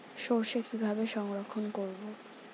সরষে কিভাবে সংরক্ষণ করব?